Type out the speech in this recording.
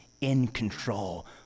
in-control